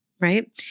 Right